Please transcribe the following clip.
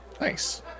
Nice